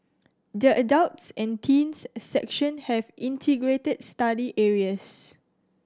the adults and teens section have integrated study areas